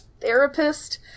therapist